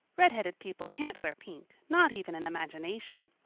redheaded people can't wear pink, not even in imagination.